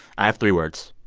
i have three words.